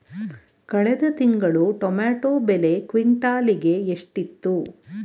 ಕಳೆದ ತಿಂಗಳು ಟೊಮ್ಯಾಟೋ ಬೆಲೆ ಕ್ವಿಂಟಾಲ್ ಗೆ ಎಷ್ಟಿತ್ತು?